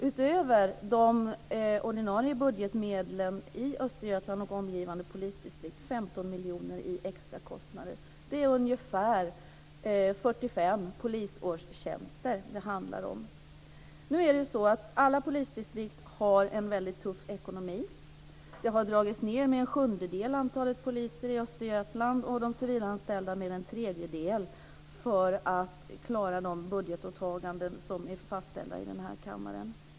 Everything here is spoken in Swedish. Utöver de ordinarie budgetmedlen för Östergötland och omgivande polisdistrikt kostade det 15 miljoner. Det är ungefär detsamma som 45 Alla polisdistrikt har en väldigt tuff ekonomi. Antalet poliser i Östergötland har dragits ned med en sjundedel och antalet civilanställda har dragits ned med en tredjedel för att man ska klara de budgetåtaganden som har fastställts här i kammaren.